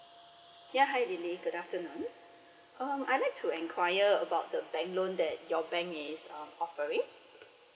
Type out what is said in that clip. ya hi lily good afternoon um I'd like to inquire about the bank loan that your bank is um offering